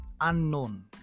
unknown